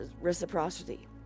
reciprocity